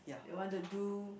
you want to do